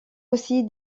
aussi